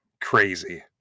Crazy